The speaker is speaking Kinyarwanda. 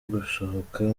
gusohoka